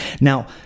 Now